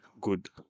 good